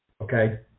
okay